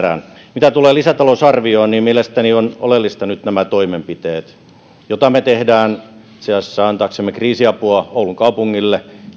mitä tulee lisätalousarvioon niin mielestäni nyt on oleellista nämä toimenpiteet joita me teemme itse asiassa antaaksemme kriisiapua oulun kaupungille